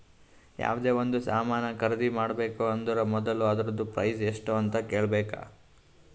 ಯಾವ್ದೇ ಒಂದ್ ಸಾಮಾನ್ ಖರ್ದಿ ಮಾಡ್ಬೇಕ ಅಂದುರ್ ಮೊದುಲ ಅದೂರ್ದು ಪ್ರೈಸ್ ಎಸ್ಟ್ ಅಂತ್ ಕೇಳಬೇಕ